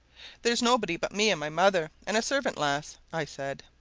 there's nobody but me and my mother, and a servant lass, i said.